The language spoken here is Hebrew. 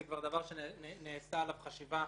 זה דבר שכבר נעשתה עליו חשיבה